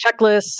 checklists